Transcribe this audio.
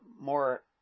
more